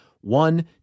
One